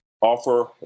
offer